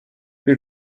bir